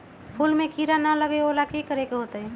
फूल में किरा ना लगे ओ लेल कि करे के होतई?